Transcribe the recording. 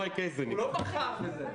הוא לא בחר בזה.